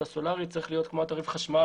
של הסולריות צריך להיות כמו תעריף החשמל